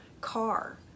car